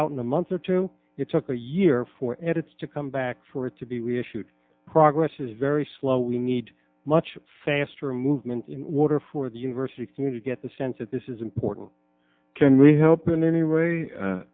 out in a month or two it took a year for edits to come back for it to be we issued progress is very slow we need much faster movement in order for the university community get the sense that this is important can we help in any way